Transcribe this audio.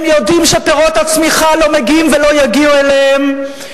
הם יודעים שפירות הצמיחה לא מגיעים ולא יגיעו אליהם,